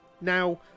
Now